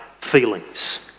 feelings